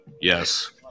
Yes